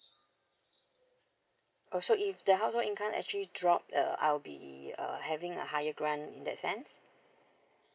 oh so if the house were in kind actually drop the I'll be uh having a higher grant in that sense